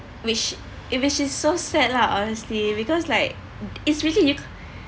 which it was just so sad lah honestly because like it's really